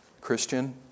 Christian